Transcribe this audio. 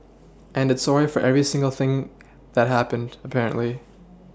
and it's sorry for every single thing that happened apparently